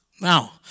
Now